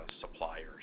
suppliers